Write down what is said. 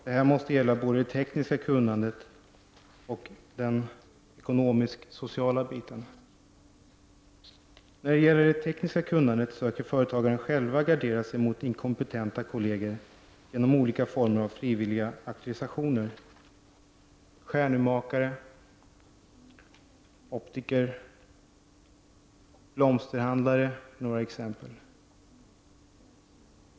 Detta måste gälla både det tekniska kunnandet och den ekonomisk-sociala delen. När det gäller det tekniska kunnandet kan företagarna själva gardera sig mot inkompetenta kolleger genom olika former av frivilliga auktorisationer: Stjärnurmakare, optiker och blomsterhandlare är några exempel.